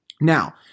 Now